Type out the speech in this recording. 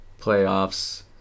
playoffs